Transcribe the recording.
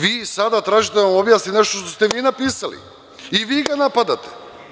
Vi sada tražite da vam objasnim nešto što ste vi napisali i vi ga napadate.